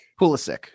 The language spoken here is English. Pulisic